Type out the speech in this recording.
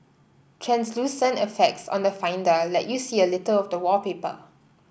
translucent effects on the Finder let you see a little of the wallpaper